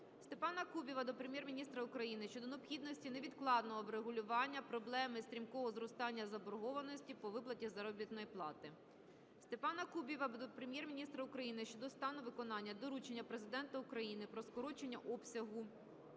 Степана Кубіва до Прем'єр-міністра України щодо необхідності невідкладного врегулювання проблеми стрімкого зростання заборгованості по виплаті заробітної плати. Степана Кубіва до Прем'єр-міністра України щодо стану виконання доручення Президента України про скорочення обсягу